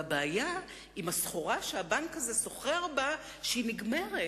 והבעיה עם הסחורה שהבנק הזה סוחר בה, שהיא נגמרת.